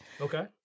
Okay